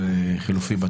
חילופי.